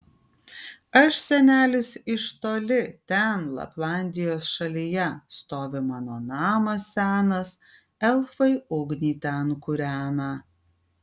aš senelis iš toli ten laplandijos šalyje stovi mano namas senas elfai ugnį ten kūrena